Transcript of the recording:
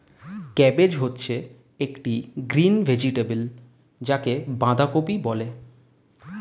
cabbage হচ্ছে একটি green vegetable যাকে বাঁধাকপি বলা হয়